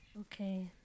Okay